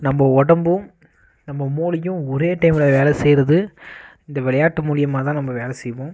நம்ம உடம்பும் நம்ம மூளையும் ஒரே டைமில் வேலை செய்யுறது இந்த விளையாட்டு மூலியமாக தான் நம்ம வேலை செய்வோம்